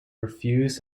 refuse